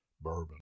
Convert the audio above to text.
Bourbon